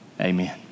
amen